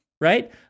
right